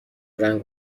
رنگ